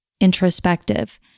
introspective